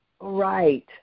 right